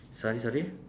sorry sorry